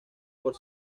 por